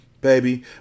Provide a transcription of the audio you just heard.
Baby